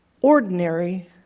ordinary